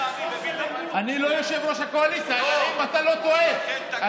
כשאני הייתי יושב-ראש הקואליציה עשיתי את זה איתך הרבה פעמים.